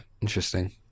interesting